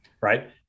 Right